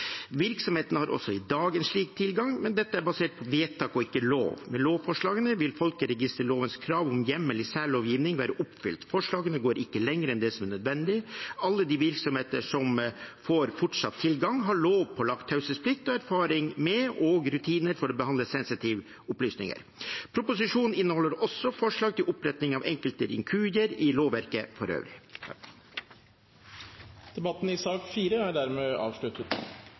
har også i dag en slik tilgang, men dette er basert på vedtak og ikke lov. Med lovforslagene vil folkeregisterlovens krav om hjemmel i særlovgivning være oppfylt. Forslagene går ikke lenger enn det som er nødvendig. Alle de virksomheter som fortsatt får tilgang, har lovpålagt taushetsplikt og erfaring med og rutiner for å behandle sensitive opplysninger. Proposisjonen inneholder også forslag til oppretting av enkelte inkurier i lovverket for øvrig. Flere har ikke bedt om ordet til sak